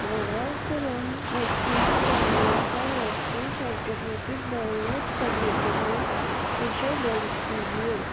براہ کرم مسفید دانیہ کا ویکسین سرٹیفکیٹ ڈاؤن لوڈ کرنے کے لیے اسے درج کیجیے